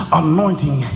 anointing